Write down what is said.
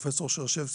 שרשבסקי,